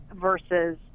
versus